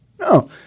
no